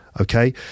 Okay